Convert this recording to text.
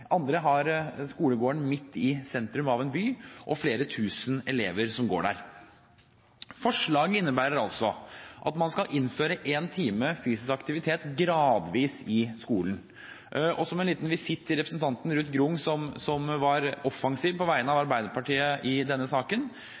andre har skolegården midt i sentrum av en by, og det er flere tusen elever som går der. Forslaget innebærer altså at man skal innføre én times fysisk aktivitet gradvis i skolen. Og som en liten visitt til representanten Ruth Grung, som var offensiv på vegne av Arbeiderpartiet i denne saken: